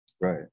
Right